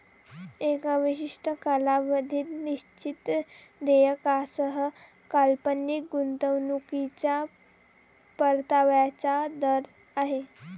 एका विशिष्ट कालावधीत निश्चित देयकासह काल्पनिक गुंतवणूकीच्या परताव्याचा दर आहे